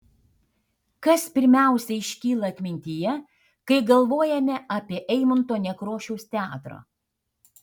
kas pirmiausia iškyla atmintyje kai galvojame apie eimunto nekrošiaus teatrą